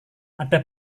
ada